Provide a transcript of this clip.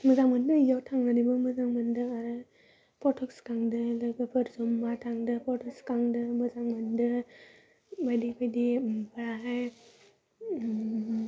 मोजां मोनदों इयाव थांनानैबो मोजां मोनदों आरो फट'स सुखांदों लोगोफोर जमा थांदों फट' सुखांदों मोजां मोनदों बायदि बायदि ओमफ्राय उम